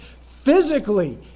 Physically